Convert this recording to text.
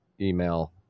email